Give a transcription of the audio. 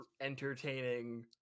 entertaining